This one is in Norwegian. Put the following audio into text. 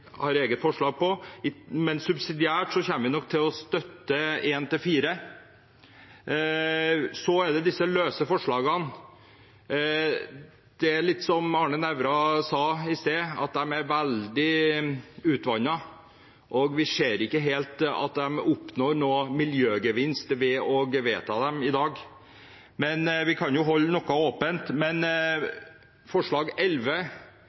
har Venstre og Sosialistisk Venstreparti egne forslag, men subsidiært kommer vi nok til å støtte forslagene nr. 1–4. De løse forslagene er – som Arne Nævra sa i sted – veldig utvannet, og vi ser ikke helt at man oppnår noen miljøgevinst ved å vedta dem i dag, men vi kan jo holde luken åpen. Forslag